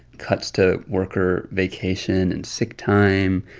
cuts to worker vacation and sick time,